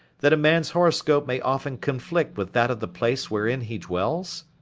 that a man's horoscope may often conflict with that of the place wherein he dwells?